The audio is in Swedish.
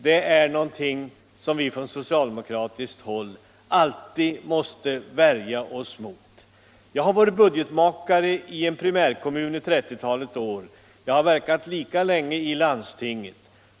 Det är någonting som vi från socialdemokratiskt håll bestämt ifrågasätter. Jag har varit budgetmakare i en primärkommun i ett 30-tal år, och jag har verkat lika länge i landstinget.